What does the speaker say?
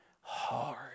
hard